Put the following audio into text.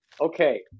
Okay